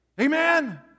Amen